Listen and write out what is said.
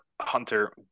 Hunter